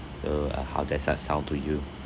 uh how that's uh sound to you